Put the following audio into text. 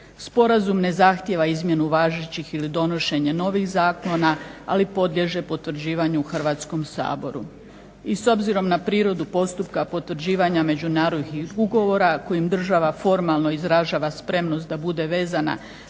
Sporazum ne zahtjeva izmjenu važećih ili donošenja novih zakona ali podliježe potvrđivanju Hrvatskom saboru. I s obzirom na prirodu postupka potvrđivanja međunarodnih ugovora kojim država formalno izražava spremnost da bude vezana